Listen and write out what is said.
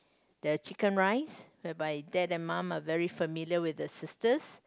the Chicken Rice whereby dad and mum are very familiar with the sisters